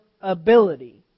ability